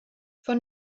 von